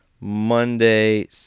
Monday